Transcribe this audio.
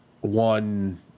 one